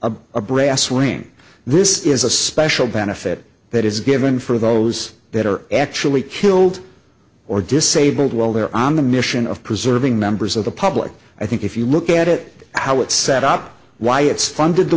a brass ring this is a special benefit that is given for those that are actually killed or disabled while they're on the mission of preserving members of the public i think if you look at it how it's set up why it's funded the